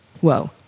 whoa